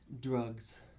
drugs